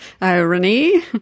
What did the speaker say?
Irony